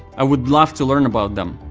i would love to learn about them.